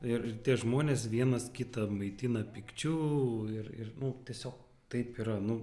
ir ir tie žmonės vienas kitą maitina pykčiu ir ir nu tiesiog taip yra nu